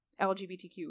LGBTQ